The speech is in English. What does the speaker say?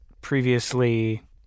previously